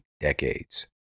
decades